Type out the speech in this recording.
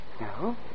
No